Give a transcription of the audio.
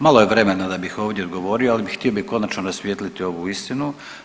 Malo je vremena da bih ovdje govorio, ali htio bih konačno rasvijetliti ovu istinu.